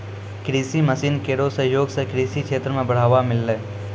कृषि मसीन केरो सहयोग सें कृषि क्षेत्र मे बढ़ावा मिललै